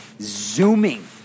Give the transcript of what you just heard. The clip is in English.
zooming